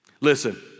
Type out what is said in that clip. Listen